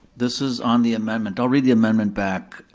this is on the amendment, i'll read the amendment back.